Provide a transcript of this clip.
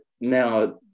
now